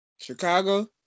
Chicago